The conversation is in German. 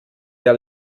der